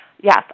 Yes